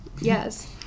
Yes